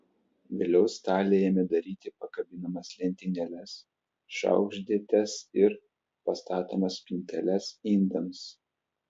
vėliau staliai ėmė daryti pakabinamas lentynėles šaukštdėtes ir pastatomas spinteles indams